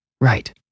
Right